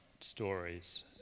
stories